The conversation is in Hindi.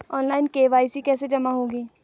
ऑनलाइन के.वाई.सी कैसे जमा होगी?